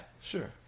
sure